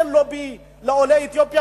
אין לובי לעולי אתיופיה,